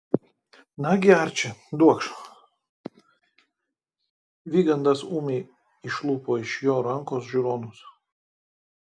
nagi arči duokš vygandas ūmai išlupo iš jo rankos žiūronus